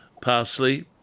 parsley